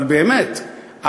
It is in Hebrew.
אבל באמת,